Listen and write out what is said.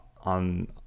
on